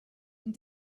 and